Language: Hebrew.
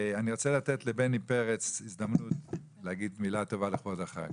אני רוצה לתת לבני פרץ הזדמנות להגיד מילה טובה לכבוד החג.